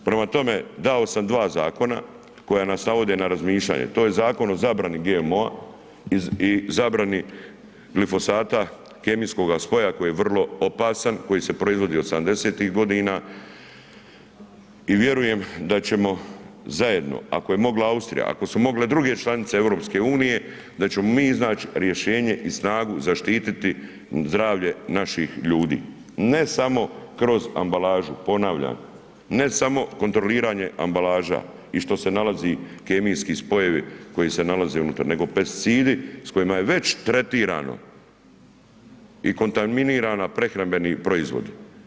Prema tome, dao sam dva zakona koja nas navode na razmišljanje, to je Zakon o zabrani GMO-a i zabrani glifosata, kemijskoga spoja koji je vrlo opasan, koji se proizvodio 80-ih godina i vjerujem da ćemo zajedno ako je mogla Austrija, ako su mogle druge članice EU-a, da ćemo iznaći rješenje i snagu zaštititi zdravlje naših ljudi ne samo kroz ambalažu, ponavljam, ne samo kontroliranje ambalaža i što se nalazi kemijski spojevi koji se nalaze unutar nego pesticidi s kojima je već tretirano i kontaminirano prehrambeni proizvodi.